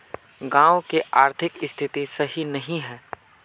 गाँव की आर्थिक स्थिति सही नहीं है?